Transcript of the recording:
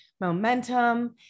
momentum